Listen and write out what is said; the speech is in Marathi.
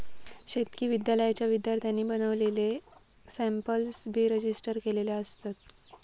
शेतकी विद्यालयाच्या विद्यार्थ्यांनी बनवलेले सॅम्पल बी रजिस्टर केलेले असतत